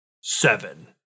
seven